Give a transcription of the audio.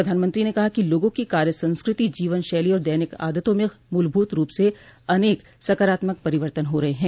प्रधानमंत्री ने कहा कि लोगों की कार्य संस्कृति जीवन शैली और दैनिक आदतों में मूलभूत रूप से अनेक सकारात्मक परिवर्तन हो रहे हैं